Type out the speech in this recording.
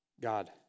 God